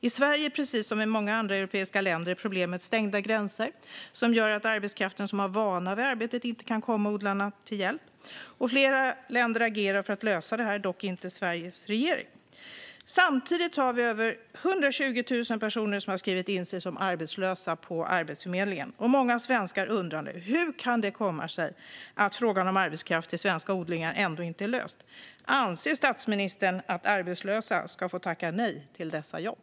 I Sverige är problemet, precis som i många andra europeiska länder, stängda gränser som gör att den arbetskraft som har vana vid arbetet inte kan komma odlarna till hjälp. Flera länder agerar för att lösa det här. Det gör dock inte Sveriges regering. Samtidigt har vi över 120 000 personer som har skrivit in sig som arbetslösa på Arbetsförmedlingen. Många svenskar undrar nu hur det kan komma sig att frågan om arbetskraft till svenska odlingar ändå inte är löst. Anser statsministern att arbetslösa ska få tacka nej till dessa jobb?